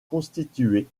constituer